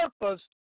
Purpose